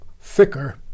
thicker